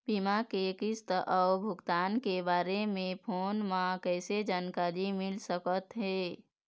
बीमा के किस्त अऊ भुगतान के बारे मे फोन म कइसे जानकारी मिल सकत हे?